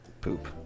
Poop